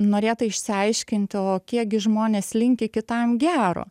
norėta išsiaiškinti o kiek gi žmonės linki kitam gero